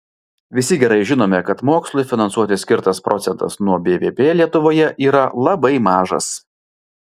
visi gerai žinome kad mokslui finansuoti skirtas procentas nuo bvp lietuvoje yra labai mažas